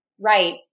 Right